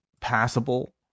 passable